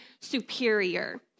superior